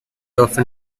often